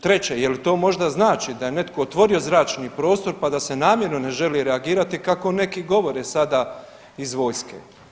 Treće, je li to možda znači da je netko otvorio zračni prostor pa da se namjerno ne želi reagirati kako neki govore sada iz vojske?